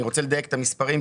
אני רוצה לדייק את המספרים,